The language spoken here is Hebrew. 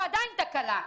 עדיין יש פה תקלה.